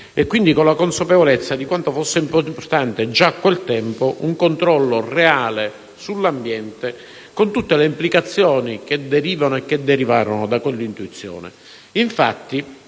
e, quindi, con la consapevolezza di quanto fosse importante, già a quel tempo, un controllo reale sull'ambiente, con tutte le implicazioni che derivano e derivarono da quella intuizione.